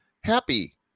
happy